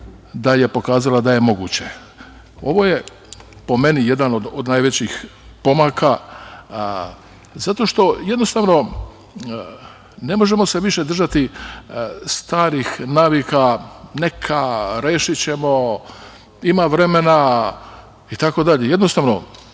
da je pokazala da je moguće. Ovo je, po meni, jedan od najvećih pomaka zato što jednostavno ne možemo se više držati starih navika „neka, rešićemo“, „ima vremena“ itd. Jednostavno,